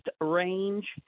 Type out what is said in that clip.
range